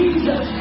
Jesus